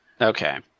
Okay